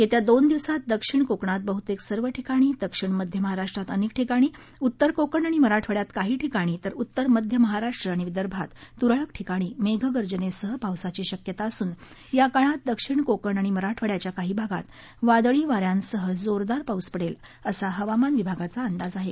येत्या दोन दिवसांत दक्षिण कोकणात बहतेक सर्व ठिकाणी दक्षिण मध्य महाराष्ट्रात अनेक ठिकाणी उत्तर कोकण आणि मराठवाड्यात काही ठिकाणी तर उत्तर मध्य महाराष्ट्र आणि विदर्भात तूरळक ठिकाणी मेघगर्जनेसह पावसाची शक्यता असून या काळात दक्षिण कोकण आणि मराठवाड्याच्या काही भागात वादळी वाऱ्यांसह जोरदार पाऊस पडेल असा हवामान विभागाचा अंदाज आहे